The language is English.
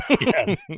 yes